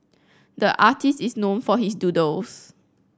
the artist is known for his doodles